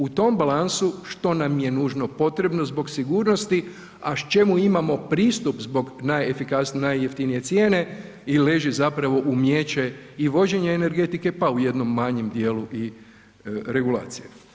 U tom balansu što nam je nužno potrebno zbog sigurnosti, a čemu imamo pristup zbog najefikasnije, najjeftinije cijene i leži zapravo umijeće i vođenje energetike pa u jednom manjem dijelu i regulacije.